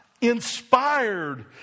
inspired